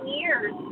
years